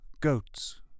goats